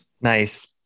Nice